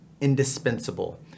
indispensable